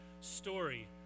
story